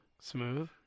Smooth